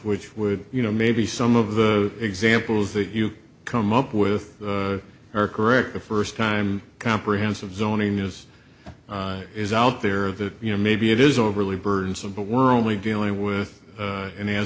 which would you know maybe some of the examples that you come up with are correct the first time comprehensive zoning is is out there that you know maybe it is overly burdensome but we're only dealing with an an